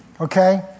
Okay